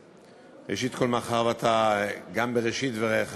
כול, מאחר שאתה גם בראשית דבריך